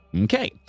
Okay